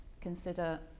consider